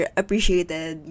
appreciated